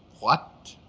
what?